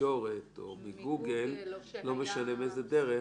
מהתקשורת או מגוגל לא משנה באיזו דרך